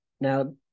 now